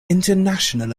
international